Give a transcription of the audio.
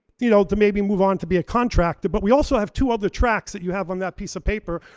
you know, to maybe move on to be a contractor. but we also have two other tracks that you have on that piece of paper,